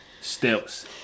steps